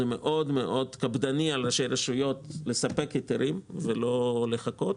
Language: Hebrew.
זה מאוד מאוד קפדני על ראשי רשויות לספק היתרים ולא לחכות.